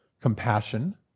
compassion